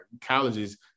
colleges